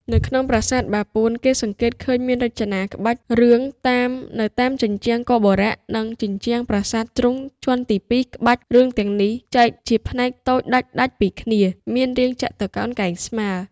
នៅក្នុងប្រាសាទបាពួនគេសង្កេតឃើញមានរចនាក្បាច់រឿង នៅតាមជញ្ជាំងគោបុរៈនិងជញ្ជាំងប្រាង្គជ្រុងជាន់ទី២ក្បាច់រឿងទាំងនេះ ចែកជាផ្ទាំងតូចដាច់ៗពីគ្នាមានរាងចតុកោណកែងស្មើរ។